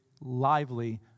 lively